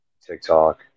TikTok